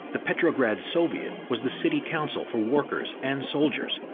the petrograd soviet was the city council for workers and soldiers.